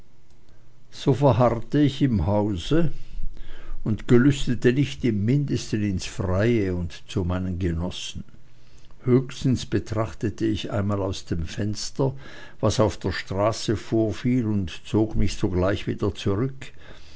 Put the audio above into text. so verharrte ich im hause und gelüstete nicht im mindesten ins freie und zu meinen genossen höchstens betrachtete ich einmal aus dem fenster was auf der straße vorfiel und zog mich sogleich wieder zurück